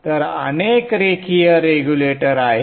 तर अनेक रेखीय रेग्युलेटर आहेत